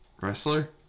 Wrestler